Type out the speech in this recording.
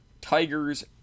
Tigers